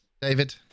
David